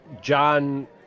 John